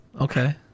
Okay